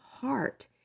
heart